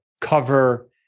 cover